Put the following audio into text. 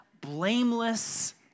blameless